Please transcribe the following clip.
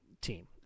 team